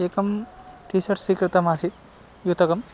एकं T shirt स्वीकृतम् आसीत् युतकम्